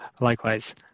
Likewise